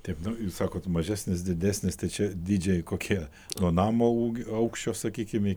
taip nu jūs sakot mažesnis didesnis tai čia dydžiai kokie nuo namo ūg aukščio sakykim